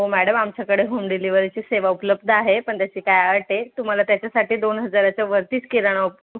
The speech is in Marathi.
हो मॅडम आमच्याकडे होम डिलेवरीची सेवा उपलब्ध आहे पण त्याची काय अट आहे तुम्हाला त्याच्यासाठी दोन हजाराच्या वरतीच किराणा उप